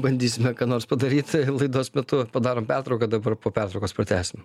bandysime ką nors padaryt laidos metu padarom pertrauką dabar po pertraukos pratęsim